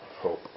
hope